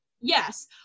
yes